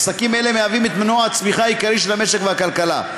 עסקים אלה הם מנוע הצמיחה העיקרי של המשק והכלכלה.